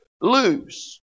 lose